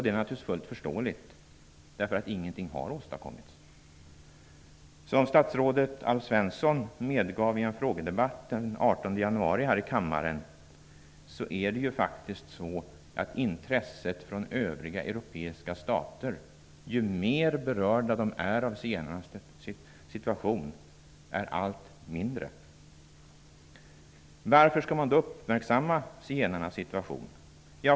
Det är naturligtvis fullt förståeligt eftersom ingenting har åstadkommits. Som statsrådet Alf Svensson medgav i en frågedebatt den 18 januari här i kammaren är intresset för zigenarnas situation från övriga europeiska stater mindre ju mer berörda de är. Varför skall vi då uppmärksamma zigenarnas situation.